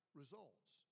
results